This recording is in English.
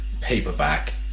paperback